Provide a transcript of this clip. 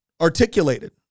articulated